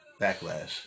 Backlash